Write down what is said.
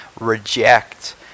reject